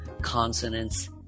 consonants